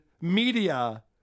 media